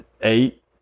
eight